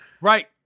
Right